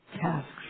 tasks